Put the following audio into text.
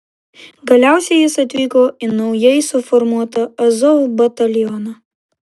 galiausiai jis atvyko į naujai suformuotą azov batalioną